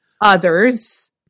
others